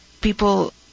people